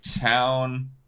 town